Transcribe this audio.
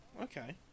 okay